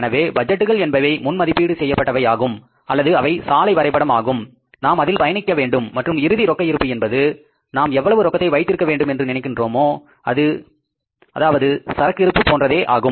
எனவே பட்ஜெட்டுக்கள் என்பவை முன் மதிப்பீடு செய்யப்பட்டவையாகும் அல்லது அவை சாலை வரைபடம் ஆகும் நாம் அதில் பயணிக்க வேண்டும் மற்றும் இறுதி ரொக்க இருப்பு என்பது நாம் எவ்வளவு ரொக்கத்தை வைத்திருக்க வேண்டும் என்று நினைக்கின்றோமோ அது அதாவது சரக்கு இருப்பு போன்றதே ஆகும்